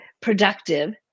productive